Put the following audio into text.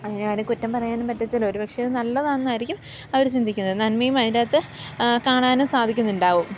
ഞാൻ കുറ്റം പറയാനും പറ്റത്തില്ല ഒരു പക്ഷേ നല്ലതാണെന്നായിരിക്കും അവർ ചിന്തിക്കുന്നത് നന്മയും അതിൻറ്റകത്ത് കാണാനും സാധിക്കുന്നുണ്ടാവും